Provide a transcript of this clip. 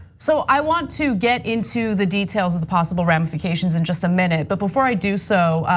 so i want to get into the details of the possible ramifications in just a minute but before i do so,